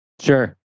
Sure